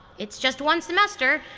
it's just one semester,